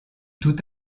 tout